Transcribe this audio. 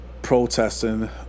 protesting